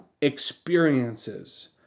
experiences